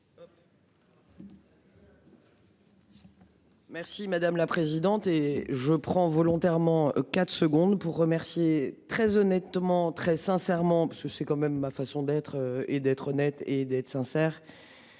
Merci madame la présidente, et je prends volontairement 4 secondes pour remercier très honnêtement, très sincèrement, parce que c'est quand même ma façon d'être et d'être honnête et d'être sincère.